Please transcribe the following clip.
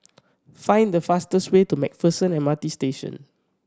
find the fastest way to Macpherson M R T Station